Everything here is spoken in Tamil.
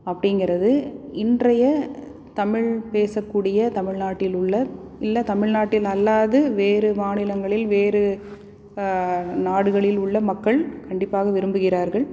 அப்டிங்கறது இன்றைய தமிழ் பேசக்கூடிய தமிழ்நாட்டில் உள்ள இல்லை தமிழ்நாட்டில் அல்லாது வேறு மாநிலங்களில் வேறு நாடுகளில் உள்ள மக்கள் கண்டிப்பாக விரும்புகிறார்கள்